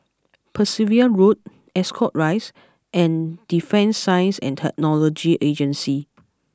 Percival Road Ascot Rise and Defence Science and Technology Agency